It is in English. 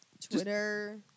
Twitter